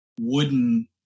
wooden